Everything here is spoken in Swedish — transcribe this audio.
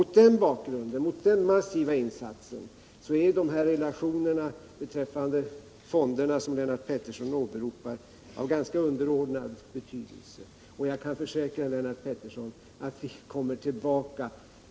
Mot bakgrund av den massiva insatsen är relationerna beträffande fonderna som Lennart Pettersson åberopar av ganska underordnad betydelse. Jag kan försäkra Lennart Pettersson att vi kommer tillbaka.